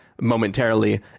momentarily